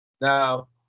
now